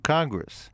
Congress